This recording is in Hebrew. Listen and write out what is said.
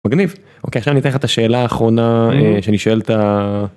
מגניב אוקיי עכשיו אני אתן לך את השאלה האחרונה שאני שואלאת ה..